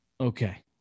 okay